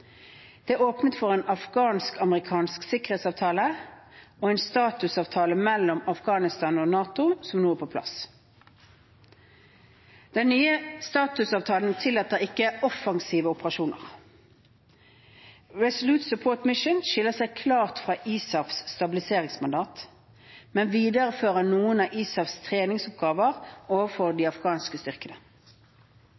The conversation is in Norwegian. Det åpnet for en afghansk-amerikansk sikkerhetsavtale og en statusavtale mellom Afghanistan og NATO som nå er på plass. Den nye statusavtalen tillater ikke offensive operasjoner. Resolute Support Mission skiller seg klart fra ISAFs stabiliseringsmandat, men viderefører noen av ISAFs treningsoppgaver overfor de